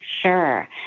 Sure